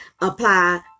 apply